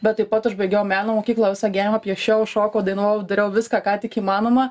bet taip pat aš baigiau meno mokyklą visą gyvenimą piešiau šokau dainavau dariau viską ką tik įmanoma